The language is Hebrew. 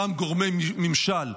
גם גורמי ממשל,